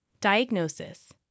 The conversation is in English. Diagnosis